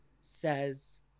says